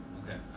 okay